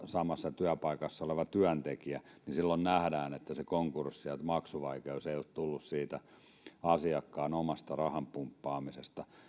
samassa työpaikassa oleva työntekijä niin silloin nähdään että se konkurssi ja maksuvaikeus ei ole tullut siitä asiakkaan omasta rahan pumppaamisesta